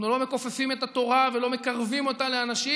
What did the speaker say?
אנחנו לא מכופפים את התורה ולא מקרבים אותה לאנשים,